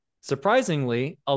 Surprisingly